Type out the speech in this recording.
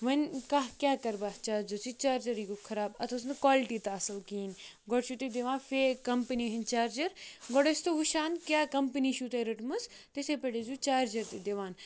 وۄنۍ کَتھ کیٛاہ کَرٕ بہٕ اَتھ چارٕج یُتھُے چارجَرٕے گوٚو خراب اَتھ ٲس نہٕ کالٹی تہٕ اَصٕل کِہیٖنۍ گۄڈٕ چھُو تُہۍ دِوان فیک کَمپٔنی ہِنٛدۍ چارجَر گۄڈٕ ٲسۍ تو وٕچھان کیٛاہ کَمپٔنی چھُو تۄہہِ رٔٹمٕژ تِتھَے پٲٹھۍ ٲسۍزیو چارجَر تہِ دِوان